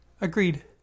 Agreed